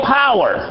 power